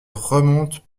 remonte